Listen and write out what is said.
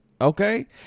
okay